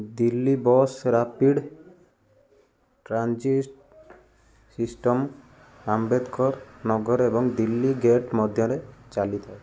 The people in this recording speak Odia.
Delhi bus rapid transit system Ambedkar Nagar ଏବଂ ଦିଲ୍ଲୀ ଗେଟ୍ ମଧ୍ୟରେ ଚାଲିଥାଏ